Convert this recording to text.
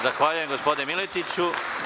Zahvaljujem, gospodine Miletiću.